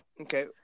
Okay